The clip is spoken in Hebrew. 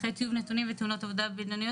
אחרי טיוב נתונים ותאונות עבודה בינוניות